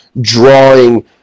drawing